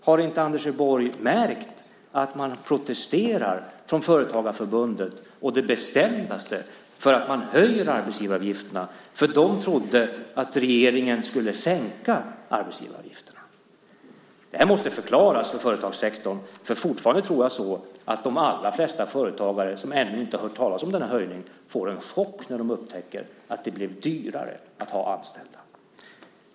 Har inte Anders Borg märkt att man från Företagarförbundet protesterar å det bestämdaste mot att arbetsgivaravgifterna höjs? De trodde att regeringen skulle sänka arbetsgivaravgifterna. Detta måste förklaras för företagssektorn. Jag tror att de allra flesta företagare som ännu inte har hört talas om denna höjning får en chock när de upptäcker att det blir dyrare att ha anställda.